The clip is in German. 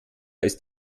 ist